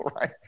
Right